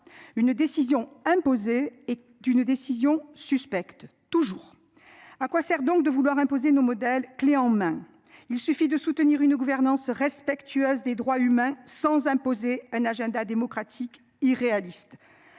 Une décision imposée et d'une décision suspecte toujours à quoi sert donc de vouloir imposer nos modèles clés en main, il suffit de soutenir une gouvernance respectueuse des droits humains sans imposer un agenda démocratique irréaliste.